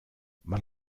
man